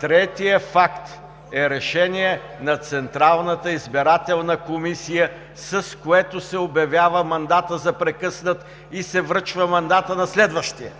третият факт е решение на Централната избирателна комисия, с което се обявява мандатът за прекъснат и се връчва мандат на следващия,